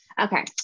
Okay